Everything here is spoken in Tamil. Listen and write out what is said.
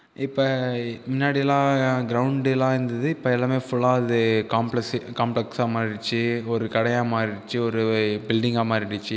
இப்போ முன்னாடிலாம் கிரவுண்ட்லாம் இருந்தது இப்போ எல்லாமே ஃபுல்லாக வந்து காம்ப்லெஸ் காம்ப்லெக்ஸ்ஸாக மாறிடுச்சு ஒரு கடையாக மாறிடுச்சு ஒரு பில்டிங்காக மாறிடிச்சு